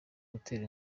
gutera